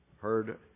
heard